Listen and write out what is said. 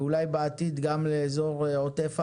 ואולי בעתיד גם לאזור עוטף עזה,